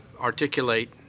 articulate